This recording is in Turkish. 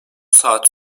saat